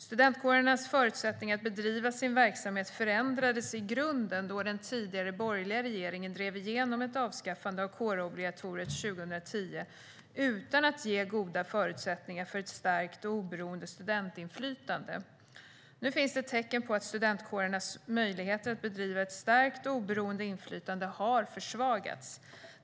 Studentkårernas förutsättningar att bedriva sin verksamhet förändrades i grunden då den tidigare borgerliga regeringen drev igenom ett avskaffande av kårobligatoriet 2010 utan att ge goda förutsättningar för ett starkt och oberoende studentinflytande. Nu finns det tecken på att studentkårernas möjligheter att bedriva ett starkt och oberoende inflytande har försvagats.